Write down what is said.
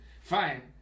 fine